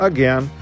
Again